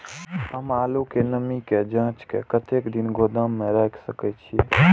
हम आलू के नमी के जाँच के कतेक दिन गोदाम में रख सके छीए?